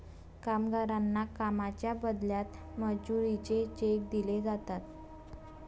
कामगारांना कामाच्या बदल्यात मजुरीचे चेक दिले जातात